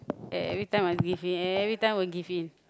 e~ every time must give in every time will give in